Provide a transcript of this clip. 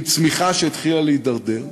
עם צמיחה שהתחילה להידרדר,